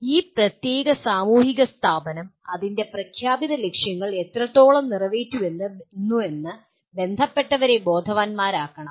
ഈ പ്രത്യേക സാമൂഹിക സ്ഥാപനം അതിൻ്റെ പ്രഖ്യാപിത ലക്ഷ്യങ്ങൾ എത്രത്തോളം നിറവേറ്റുന്നുവെന്ന് ബന്ധപ്പെട്ടവരെ ബോധവാന്മാരാക്കണം